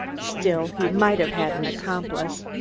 still, he might have had an accomplice.